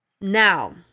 now